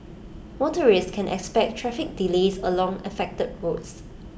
motorists can expect traffic delays along affected roads